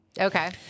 Okay